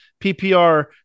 PPR